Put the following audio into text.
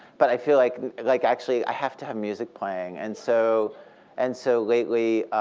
but i feel like like actually, i have to have music playing. and so and so lately,